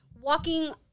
walking